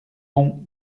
pont